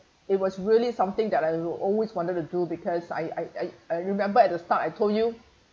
it was really something that I always wanted to do because I I I I remember at the start I told you